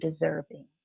deserving